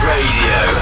Radio